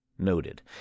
noted